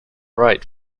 right